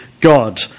God